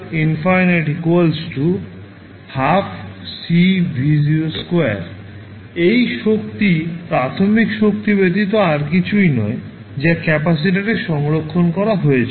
w ∞ 1 2CV 2 এই শক্তি প্রাথমিক শক্তি ব্যতীত আর কিছু নয় যা ক্যাপাসিটরে সংরক্ষণ করা হয়েছিল